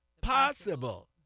Possible